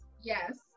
yes